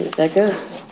that goes.